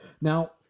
Now